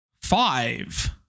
five